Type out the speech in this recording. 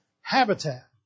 habitat